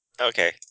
Okay